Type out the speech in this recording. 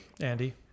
Andy